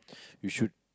you should